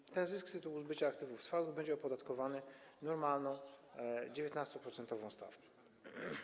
I ten zysk z tytułu zbycia aktywów trwałych będzie opodatkowany normalną, 19-procentową stawką.